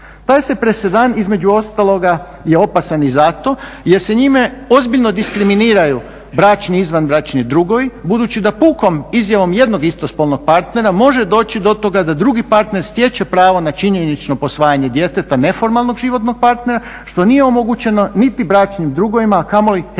Taj se presedan između ostaloga je opasan i zato jer se njime ozbiljno diskriminiraju bračni i izvanbračni drugovi budući da pukom izjavom jednog istospolnog partnera može doći do toga da drugi partner stječe pravo na činjenično posvajanje djeteta neformalnog životnog partnera što nije omogućeno niti bračnim drugovima, a kamoli